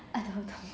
I don't know